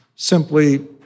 simply